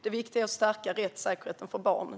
Det viktiga är att stärka rättssäkerheten för barnen.